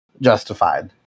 justified